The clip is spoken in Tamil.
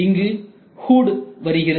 இங்கு ஹூட் வருகிறது